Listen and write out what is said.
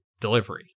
delivery